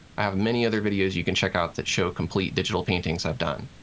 i have many other videos you can check out that show complete digital paintings i've done.